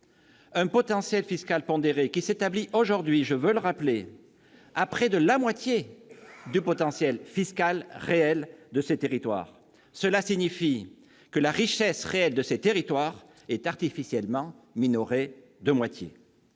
Ce potentiel fiscal pondéré s'établit aujourd'hui, je le rappelle, à près de la moitié du potentiel fiscal réel. Cela signifie que la richesse réelle de ces territoires est artificiellement minorée de moitié.